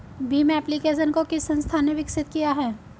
Bhim application को किस संस्था ने विकसित किया है?